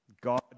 God